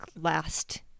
last